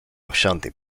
ashanti